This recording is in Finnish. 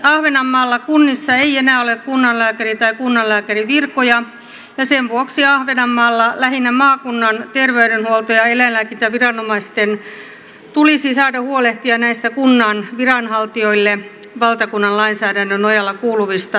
ahvenanmaalla kunnissa ei enää ole kunnanlääkäreitä tai kunnanlääkärin virkoja ja sen vuoksi ahvenanmaalla lähinnä maakunnan terveydenhuolto ja eläinlääkintäviranomaisten tulisi saada huolehtia näistä kunnan viranhaltijoille valtakunnan lainsäädännön nojalla kuuluvista tartuntatautitehtävistä